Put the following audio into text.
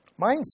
Mindset